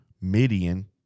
Midian